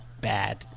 bad